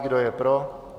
Kdo je pro?